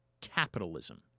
Capitalism